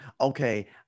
Okay